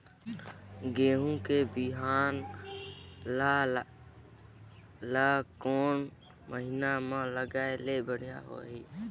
गहूं के बिहान ल कोने महीना म लगाय ले बढ़िया होही?